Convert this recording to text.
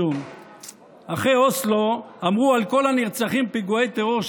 אחרי אוסלו אמרו על כל נרצחי פיגועי הטרור,